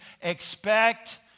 expect